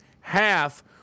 half